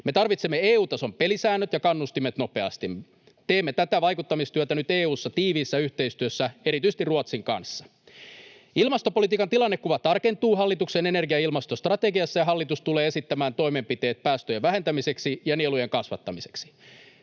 Me tarvitsemme EU-tason pelisäännöt ja kannustimet nopeasti. Teemme tätä vaikuttamistyötä nyt EU:ssa tiiviissä yhteistyössä erityisesti Ruotsin kanssa. Ilmastopolitiikan tilannekuva tarkentuu hallituksen energia- ja ilmastostrategiassa, ja hallitus tulee esittämään toimenpiteet päästöjen vähentämiseksi ja nielujen kasvattamiseksi.